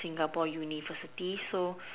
Singapore universities so